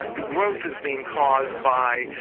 the growth is being caused by,